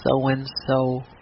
so-and-so